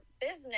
business